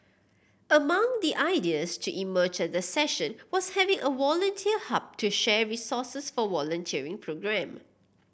among the ideas to emerge the session was having a volunteer hub to share resources for volunteering programme